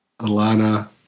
Alana